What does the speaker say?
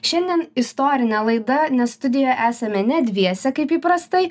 šiandien istorinė laida nes studijo esame ne dviese kaip įprastai